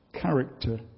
character